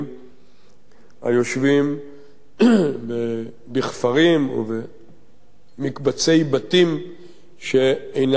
היושבים בכפרים, או במקבצי בתים שאינם מוכרים.